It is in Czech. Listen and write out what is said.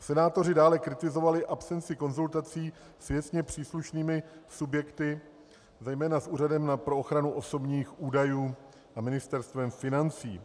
Senátoři dále kritizovali absenci konzultací s věcně příslušnými subjekty, zejména s Úřadem pro ochranu osobních údajů a Ministerstvem financí.